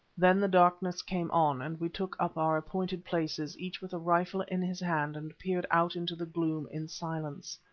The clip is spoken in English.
then the darkness came on, and we took up our appointed places each with a rifle in his hands and peered out into the gloom in silence.